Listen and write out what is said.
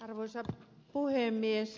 arvoisa puhemies